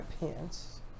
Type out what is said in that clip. pants